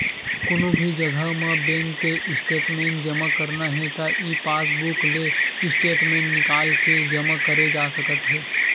कोनो भी जघा म बेंक के स्टेटमेंट जमा करना हे त ई पासबूक ले स्टेटमेंट निकाल के जमा करे जा सकत हे